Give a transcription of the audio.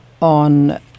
on